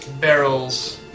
barrels